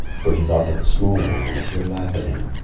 for he thought that the smaller animals would laugh at him.